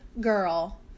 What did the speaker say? girl